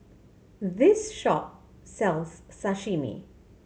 this shop sells Sashimi